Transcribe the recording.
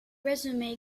resume